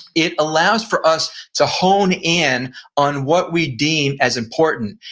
it allows for us to hone in on what we deem as important,